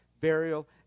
burial